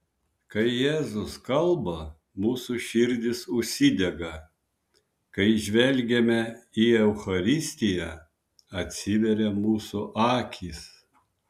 kai jėzus kalba mūsų širdys užsidega kai žvelgiame į eucharistiją atsiveria mūsų akys